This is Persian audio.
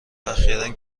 اخیرا